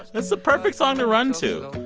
it's the perfect song to run to.